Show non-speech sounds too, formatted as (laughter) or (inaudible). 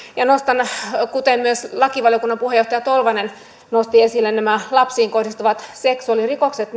nostan kuten myös lakivaliokunnan puheenjohtaja tolvanen nosti esille nämä lapsiin kohdistuvat seksuaalirikokset (unintelligible)